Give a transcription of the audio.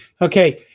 okay